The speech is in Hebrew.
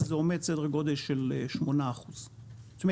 אז זה עומד על סדר גודל של 8%. זאת אומרת